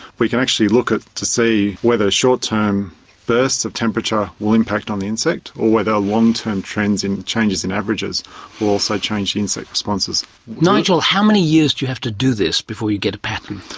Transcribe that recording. we can actually look at it to see whether short term bursts of temperature will impact on the insect or whether long term trends in changes in averages will also change the insect responses nigel, how many years do you have to do this before you get a pattern?